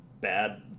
bad